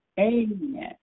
Amen